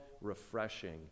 refreshing